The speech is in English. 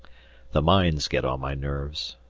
the mines get on my nerves,